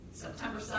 September